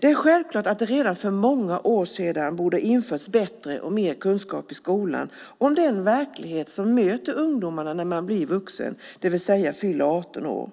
Det är självklart att det redan för många år sedan borde ha införts bättre och mer kunskap i skolan om den verklighet som möter ungdomar när de blir vuxna, det vill säga fyller 18 år.